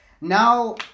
Now